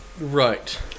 right